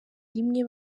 rimwe